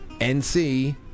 NC